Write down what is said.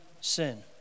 sin